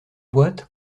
boîte